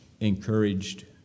encouraged